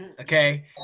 okay